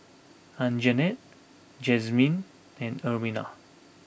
Anjanette Jazmin and Ermina